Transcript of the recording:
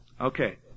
Okay